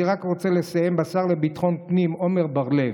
אני רק רוצה לסיים בשר לביטחון פנים עמר בר לב.